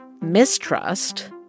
mistrust